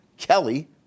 Kelly